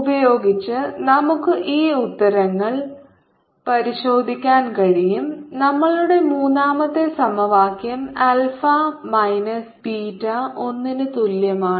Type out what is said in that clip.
like ഉപയോഗിച്ച് നമുക്ക് ഈ ഉത്തരങ്ങൾ പരിശോധിക്കാൻ കഴിയും നമ്മളുടെ മൂന്നാമത്തെ സമവാക്യം ആൽഫ മൈനസ് ബീറ്റ 1 ന് തുല്യമാണ്